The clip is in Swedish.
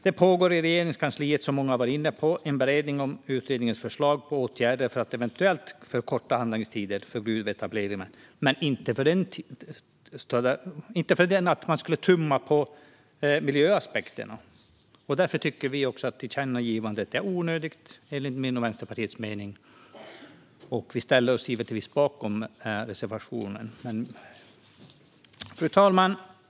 Det pågår i Regeringskansliet, vilket många varit inne på, en beredning av utredningens förslag på åtgärder för att eventuellt förkorta handläggningstiderna för gruvetableringar men för den skull inte tumma på miljöaspekterna. Därför är tillkännagivandet onödigt, enligt min och Vänsterpartiets mening. Vi ställer oss givetvis bakom reservationen. Fru talman!